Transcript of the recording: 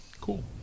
cool